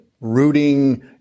rooting